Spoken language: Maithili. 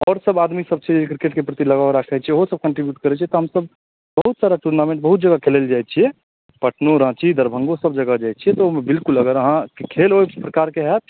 आओर सभ आदमीसभ छै क्रिकेटके प्रति लगाव राखै छै ओहोसभ कन्ट्रीब्यूट करै छै तऽ हमसभ बहुत सारा टूर्नामेन्ट बहुत जगह खेलै लए जाइ छिए पटनो राँची दरभङ्गोसभ जगह जाइ छिए बिल्कुल अहाँके खेल ओहि प्रकारके हैत